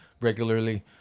regularly